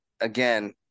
again